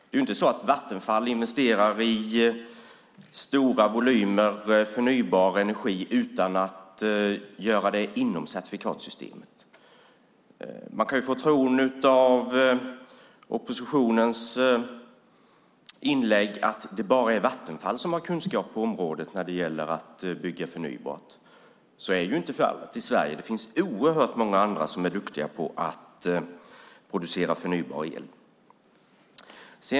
Det är inte så att Vattenfall investerar i stora volymer förnybar energi utan att göra det inom certifikatsystemet. Av oppositionens inlägg kan man få uppfattningen att det bara är Vattenfall som har kunskap på området när det gäller att bygga förnybart. Så är inte fallet i Sverige. Det finns oerhört många andra som är duktiga på att producera förnybar el.